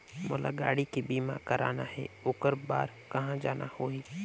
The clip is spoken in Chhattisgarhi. मोला गाड़ी के बीमा कराना हे ओकर बार कहा जाना होही?